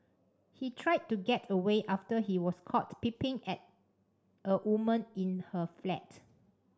he tried to get away after he was caught peeping at a woman in her flat